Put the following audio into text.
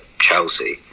Chelsea